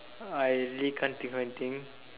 I really can't think of anything